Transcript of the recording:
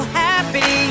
happy